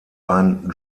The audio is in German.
ein